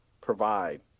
provide